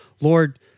Lord